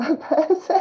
person